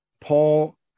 Paul